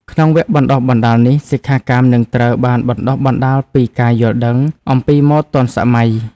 ក្នុងវគ្គបណ្តុះបណ្តាលនេះ សិក្ខាកាមនឹងត្រូវបានបណ្តុះបណ្តាលពី ការយល់ដឹងអំពីម៉ូដទាន់សម័យ។